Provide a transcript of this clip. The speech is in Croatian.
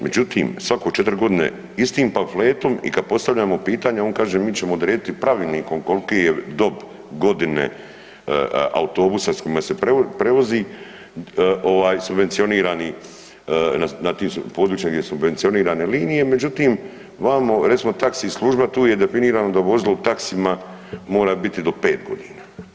Međutim, svako 4 godine istim pamfletom i kad postavljamo pitanje, on kaže mi ćemo odrediti pravilnikom koliki je dob godine, autobusa s kojim se prevozi, ovaj, subvencionirani na tim područjima gdje subvencionirane linije, međutim, vamo, recimo, taksi služba, tu je definirano da vozila taksijima mora biti do 5 godina.